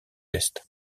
est